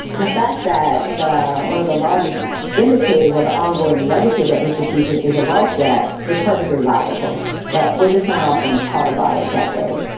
and the fact that one of the largest indicators of the ongoing legacy of the institution is a wealth gap is perfectly logical but we're just not often taught about it that way.